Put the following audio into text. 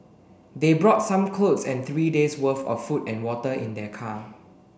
they brought some clothes and three days'worth of food and water in their car